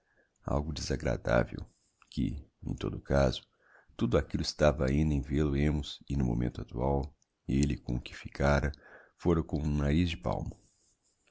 algo desagradavel que em todo o caso tudo aquillo estava ainda em vêl o hemos e no momento actual elle com o que ficara fôra com um nariz de palmo